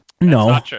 No